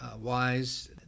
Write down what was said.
wise